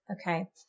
okay